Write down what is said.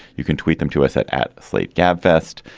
you can tweet them to us at at slate gabfest.